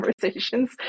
conversations